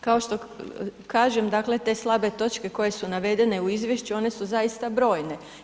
Kao što kažem, dakle, te slabe točke koje su navedene u izvješću, one su zaista brojne.